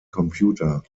computer